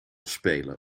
spelen